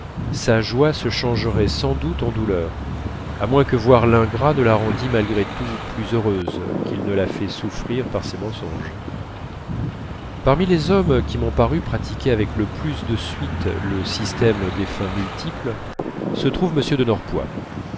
sa joie se changerait sans doute en douleur à moins que voir l'ingrat ne la rendît malgré tout plus heureuse qu'il ne la fait souffrir par ses mensonges parmi les hommes qui m'ont paru pratiquer avec le plus de suite le système des fins multiples se trouve